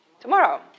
tomorrow